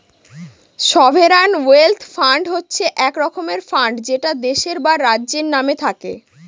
sovereign wealth fund হচ্ছে এক রকমের ফান্ড যেটা দেশের বা রাজ্যের নামে থাকে